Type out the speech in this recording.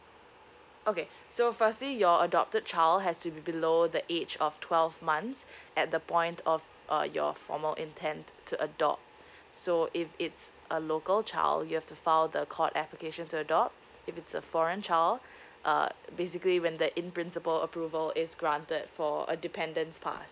okay so firstly your adopted child has to be below the age of twelve months at the point of uh your formal intent to adopt so if it's a local child you have to file the court application to adopt if it's a foreign child uh basically when the in principle approval is granted for a dependence pass